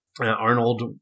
Arnold